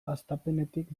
hastapenetik